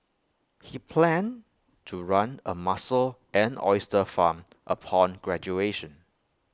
he planned to run A mussel and oyster farm upon graduation